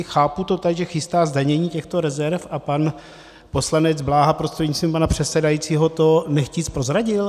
Chápu to tak, že chystá zdanění těchto rezerv a poslanec Bláha prostřednictvím pana předsedajícího to nechtě prozradil?